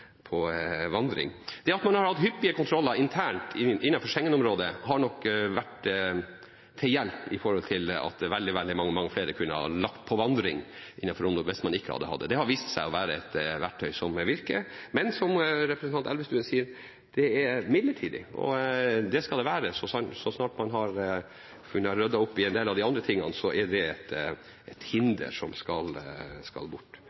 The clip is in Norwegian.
vandring. Vi har hatt noen hyppige kontroller internt innenfor Schengen-området, og det har nok vært til hjelp når det gjelder det at veldig mange flere kunne ha lagt ut på vandring innenfor området hvis man ikke hadde hatt det. Det har vist seg å være et verktøy som virker. Men som representanten Elvestuen sier, det er midlertidig, og det skal det være. Så snart man har ryddet opp i en del av de andre tingene, er dette et hinder som skal bort.